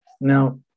Now